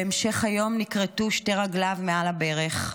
בהמשך היום נכרתו שתי רגליו מעל הברך,